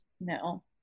No